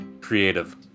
creative